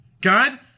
God